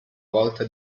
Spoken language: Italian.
volta